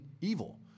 evil